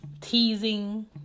teasing